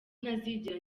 ntazigera